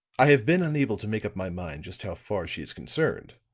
i have been unable to make up my mind just how far she is concerned,